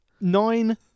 nine